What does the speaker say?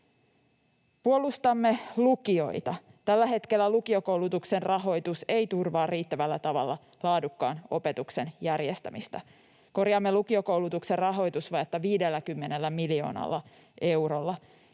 Puolustamme lukioita. Tällä hetkellä lukiokoulutuksen rahoitus ei turvaa riittävällä tavalla laadukkaan opetuksen järjestämistä. Korjaamme lukiokoulutuksen rahoitusvajetta 50 miljoonalla eurolla.